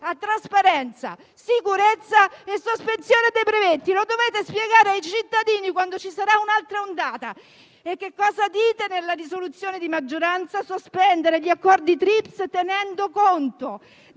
a trasparenza, sicurezza e sospensione dei brevetti; lo dovete spiegare ai cittadini, quando ci sarà un'altra ondata. Nella proposta di risoluzione della maggioranza si chiede di sospendere gli accordi TRIPs tenendo conto